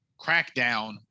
crackdown